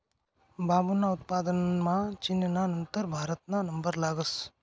बांबूना उत्पादनमा चीनना नंतर भारतना नंबर लागस